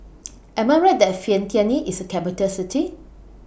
Am I Right that Vientiane IS A Capital City